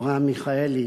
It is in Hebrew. אברהם מיכאלי